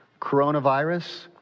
coronavirus